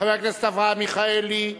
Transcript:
חבר הכנסת אברהם מיכאלי,